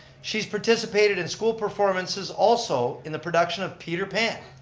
she's participated in school performances, also in the production of peter pan.